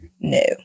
no